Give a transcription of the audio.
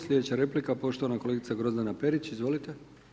Sljedeća replika poštovana kolegica Grozdana Perić, izvolite.